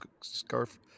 scarf